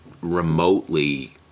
remotely